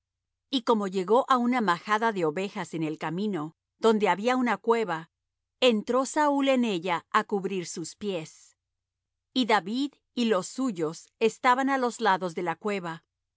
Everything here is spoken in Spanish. y como llegó á una majada de ovejas en el camino donde había una cueva entró saúl en ella á cubrir sus pies y david y los suyos estaban á los lados de la cueva